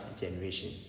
generation